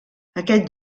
aquest